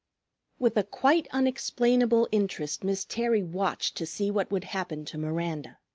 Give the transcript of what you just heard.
with a quite unexplainable interest miss terry watched to see what would happen to miranda.